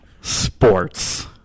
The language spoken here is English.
sports